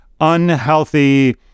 unhealthy